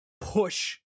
push